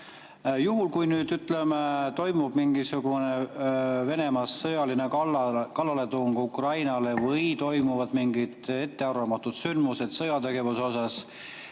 Juhul kui nüüd, ütleme, toimub mingisugune Venemaa sõjaline kallaletung Ukrainale või toimuvad mingid ettearvamatud sündmused sõjategevuse osas,